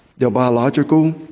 the biological,